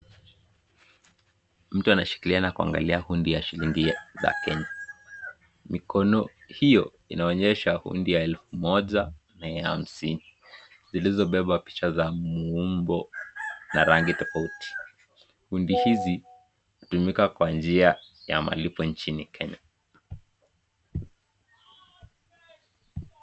Mtu anashikilia na kuangulia bundi ya shilingi za kenya, mikono hiyo inaonyesha bundi ya elfu moja na ya hamsini zilizobeba picha za muumbo na rangi tofauti, bundi hizi hutumika kwa njia ya malipo nchini Kenya.